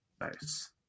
Nice